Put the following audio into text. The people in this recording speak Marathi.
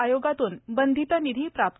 आयोगातून बंधित निधी प्राप्त